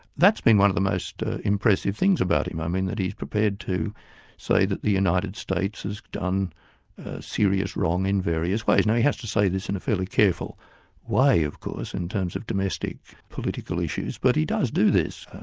that's been one of the most impressive things about him, i mean that he's prepared to say that the united states has done serious wrong in various ways. and he has to say this in a fairly careful way of course in terms of domestic political issues, but he does do this.